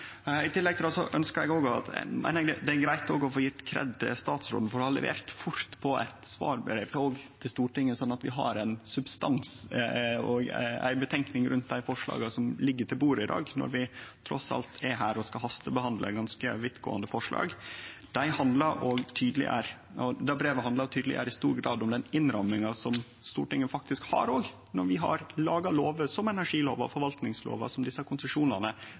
I tillegg til det meiner eg det er greitt å gje kred til statsråden for å ha levert fort på eit svarbrev til Stortinget, slik at vi har ein substans og ei utgreiing av dei forslaga som ligg på bordet i dag, når vi trass alt er her og skal hastebehandle eit slikt vidtgåande forslag. Det brevet handlar i stor grad om den innramminga som Stortinget faktisk også har, når vi i har laga lover som energilova og forvaltningslova, som desse konsesjonane